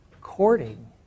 courting